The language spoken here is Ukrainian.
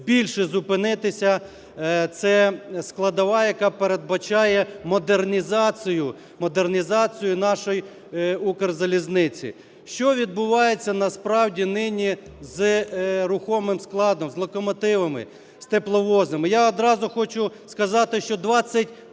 більше зупинитися. Це складова, яка передбачає модернізацію, модернізацію нашої "Укрзалізниці". Що відбувається насправді нині з рухомим складом, з локомотивами, з тепловозами? Я одразу хочу сказати, що 23